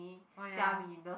oh ya